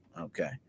okay